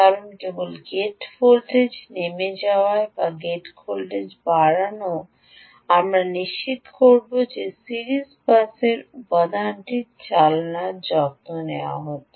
কারণ কেবল গেটের ভোল্টেজ নেমে যাওয়া বা গেটের ভোল্টেজ বাড়ানো আমরা নিশ্চিত করব যে সিরিজ পাসের উপাদানটির চালনার যত্ন নেওয়া হচ্ছে